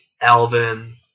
Alvin